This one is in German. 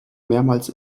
mehrmals